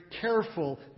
careful